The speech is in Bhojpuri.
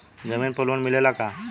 जमीन पर लोन मिलेला का?